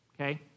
okay